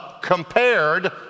compared